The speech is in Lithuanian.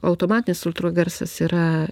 automatinis ultrogarsas yra